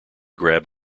grab